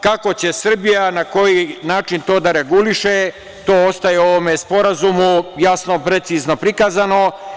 Kako će Srbija i na koji način to da reguliše to ostaje u ovom sporazumu, jasno i precizno prikazano.